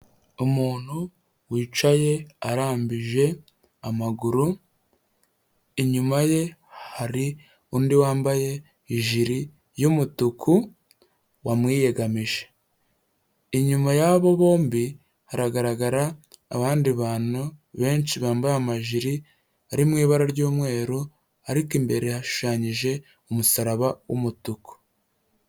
Umuntu wicaye arambije amaguru inyuma ye hari undi wambaye Ijiri y'umutuku wamwiyegamije ,inyuma yabo bombi haragaragara abandi bantu benshi bambaye amajiri ari mu ibara ry'umweru ariko imbere hashushanyije umusaraba w’umutuku.